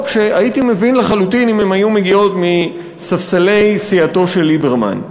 שהייתי מבין לחלוטין אם הן היו מגיעות מספסלי סיעתו של ליברמן?